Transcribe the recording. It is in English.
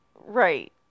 Right